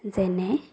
যেনে